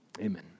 Amen